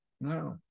No